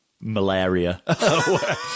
malaria